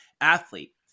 athlete